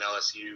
LSU